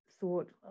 thought